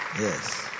Yes